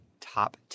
top